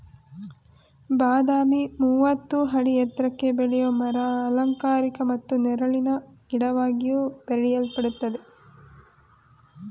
ಬಾದಾಮಿ ಮೂವತ್ತು ಅಡಿ ಎತ್ರಕ್ಕೆ ಬೆಳೆಯೋ ಮರ ಅಲಂಕಾರಿಕ ಮತ್ತು ನೆರಳಿನ ಗಿಡವಾಗಿಯೂ ಬೆಳೆಯಲ್ಪಡ್ತದೆ